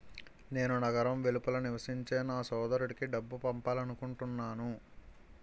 నేను నగరం వెలుపల నివసించే నా సోదరుడికి డబ్బు పంపాలనుకుంటున్నాను